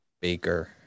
Baker